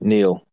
Neil